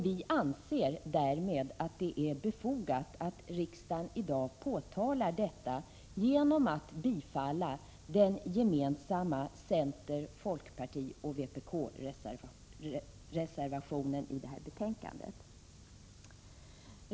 Vi anser därmed att det är befogat att riksdagen i dag påtalar detta genom att bifalla den gemensamma center-, folkpartioch vpk-reservationen i betänkandet.